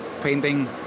painting